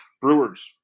Brewers